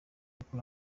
akura